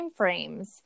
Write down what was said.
timeframes